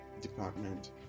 department